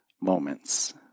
moments